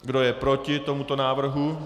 Kdo je proti tomuto návrhu?